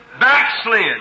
Backslid